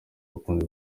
abakunzi